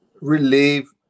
relieve